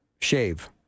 shave